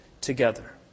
together